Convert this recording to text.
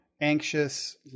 Anxious